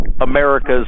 America's